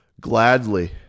Gladly